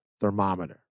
thermometer